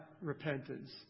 repentance